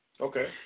Okay